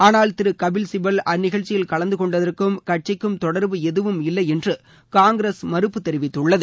ஆனால் திரு கபில் சிபல் அந்நிகழ்ச்சியில் கலந்து கொண்டதற்கும் கட்சிக்கும் தொடர்பு எதுவும் இல்லை என்று காங்கிரஸ் மறுப்பு தெரிவித்துள்ளது